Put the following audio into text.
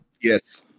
Yes